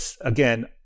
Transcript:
again